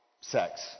sex